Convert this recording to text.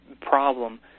problem